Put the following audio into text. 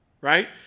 Right